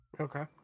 Okay